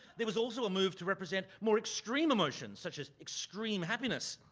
there was also a move to represent more extreme emotions, such as extreme happiness.